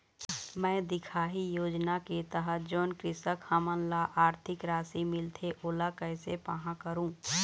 मैं दिखाही योजना के तहत जोन कृषक हमन ला आरथिक राशि मिलथे ओला कैसे पाहां करूं?